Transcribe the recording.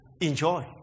enjoy